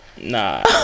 nah